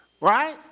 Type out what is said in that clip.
right